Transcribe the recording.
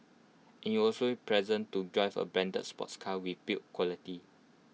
any also pleasant to drive A branded sports car with build quality